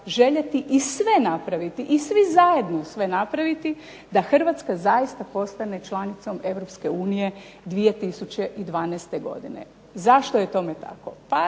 željeti, i sve napraviti i svi zajedno sve napraviti da Hrvatska zaista postane članicom Europske unije 2012. godine. Zašto je tome tako?